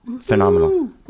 Phenomenal